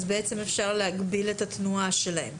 אז בעצם אפשר להגביל את התנועה שלהן.